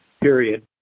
period